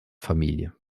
familie